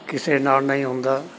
ਕਿਸੇ ਨਾਲ ਨਹੀਂ ਹੁੰਦਾ